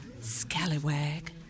Scallywag